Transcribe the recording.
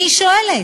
אני שואלת.